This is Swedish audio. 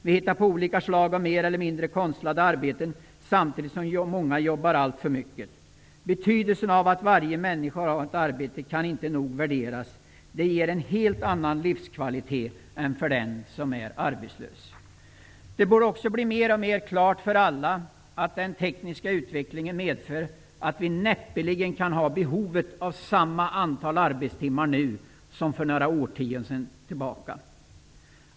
Vi hittar på olika slag av mer eller mindre konstlade arbeten, samtidigt som många jobbar alltför mycket. Betydelsen av att varje människa har ett arbete kan inte nog värderas. Det ger en helt annan livskvalitet än den har som är arbetslös. Det borde också bli mer och mer klart för alla att den tekniska utvecklingen medför att antalet arbetstimmar näppeligen nu kan vara detsamma som för några årtionden tillbaka i tiden.